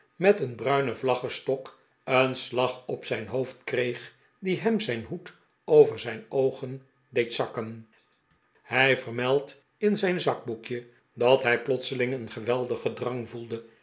de verheugde nen vlaggestok een slag op zijn hoofd kreeg die hem zijn hoed over zijn oogen deed zakken hij vermeldt in zijn zakboekje dat hij plotseling een geweldig gedrang voelde